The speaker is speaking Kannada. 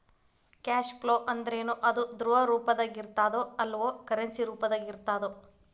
ಕ್ಯಾಷ್ ಫ್ಲೋ ಅಂದ್ರೇನು? ಅದು ದ್ರವ ರೂಪ್ದಾಗಿರ್ತದೊ ಇಲ್ಲಾ ಕರೆನ್ಸಿ ರೂಪ್ದಾಗಿರ್ತದೊ?